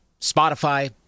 Spotify